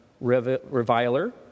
reviler